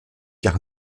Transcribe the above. car